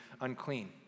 unclean